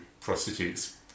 prostitutes